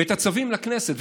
ואת הצווים לכנסת.